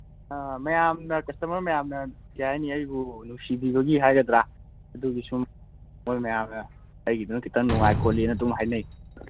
ꯑꯥ ꯃꯌꯥꯝꯅ ꯀꯁꯇꯃꯔ ꯃꯌꯥꯝꯅ ꯀꯔꯤ ꯍꯥꯏꯅꯤ ꯑꯩꯕꯨ ꯅꯨꯡꯁꯤꯕꯤꯕꯒꯤ ꯍꯥꯏꯒꯗ꯭ꯔꯥ ꯑꯗꯨꯒꯤ ꯁꯨꯝ ꯃꯣꯏ ꯃꯌꯥꯝꯅ ꯑꯩꯒꯤꯗꯨꯅ ꯈꯤꯇꯪ ꯅꯨꯡꯉꯥꯏ ꯈꯣꯠꯂꯤꯅ ꯑꯗꯨꯝ ꯍꯥꯏꯅꯩ